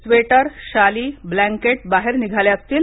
sweater शालीब्लॅकेट बाहेर निघाले असतील